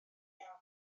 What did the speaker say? iawn